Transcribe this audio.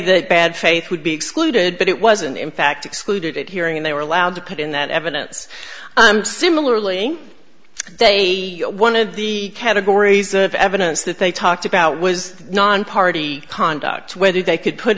that bad faith would be excluded but it wasn't in fact excluded it hearing they were allowed to put in that evidence i'm similarly they one of the categories of evidence that they talked about was nonparty conduct whether they could put